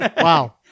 Wow